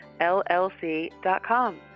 llc.com